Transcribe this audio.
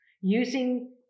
using